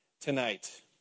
tonight